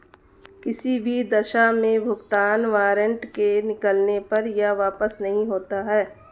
किसी भी दशा में भुगतान वारन्ट के निकलने पर यह वापस नहीं होता है